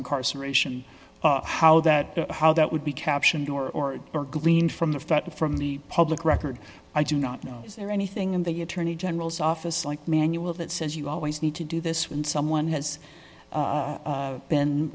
incarceration how that how that would be captioned or are gleaned from the fact that from the public record i do not know is there anything in the attorney general's office like manual that says you always need to do this when someone has been